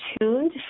tuned